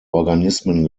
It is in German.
organismen